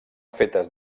fetes